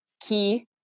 key